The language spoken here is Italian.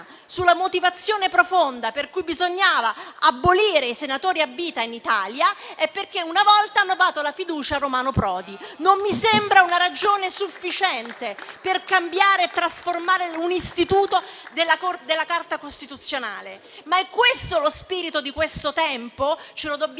sulla motivazione profonda per cui bisognava abolire i senatori a vita in Italia è perché una volta hanno dato la fiducia a Romano Prodi. Non mi sembra una ragione sufficiente per cambiare e trasformare un istituto della Carta costituzionale. È questo lo spirito di questo tempo? Ce lo dobbiamo